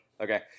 Okay